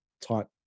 type